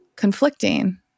conflicting